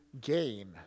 gain